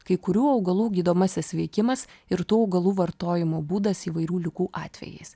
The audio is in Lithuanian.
kai kurių augalų gydomasis veikimas ir tų augalų vartojimo būdas įvairių ligų atvejais